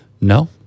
no